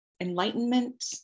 enlightenment